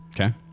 Okay